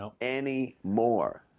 anymore